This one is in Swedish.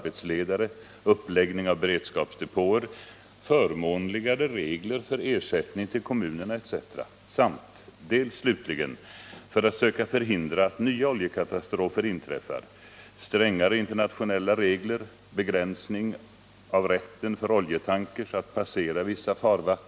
samt dels slutligen för att söka förhindra att nya oljekatastrofer inträffar .